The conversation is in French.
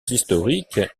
historiques